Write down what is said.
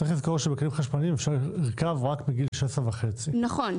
צריך לזכור שבכלים חשמליים אפשר לרכוב רק מגיל 16.5. נכון.